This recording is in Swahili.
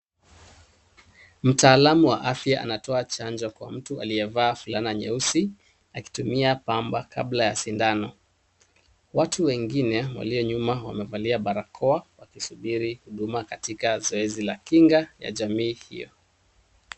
Mtaalamu wa afya anatoa chanjo kwa mtu aliyevaa fulana nyeusi, akitumia pamba kabla ya sindano. Watu wengine, walio nyuma wamevalia barakoa, wakisubiri huduma katika zoezi la kinga, ya jamii hiyo.